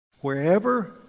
Wherever